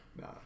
Nah